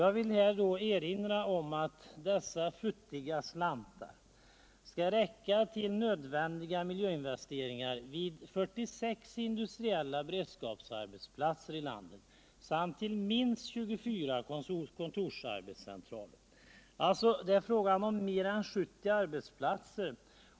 Jag vill här erinra om att dessa futtiga slantar skall räcka ull nödvändiga miljöinvesteringar vid 46 industriella beredskapsarbetsplatser i landet samt till minst 24 kontorsarbetscentraler. Det är fråga om mer än 70 arbetsplatser.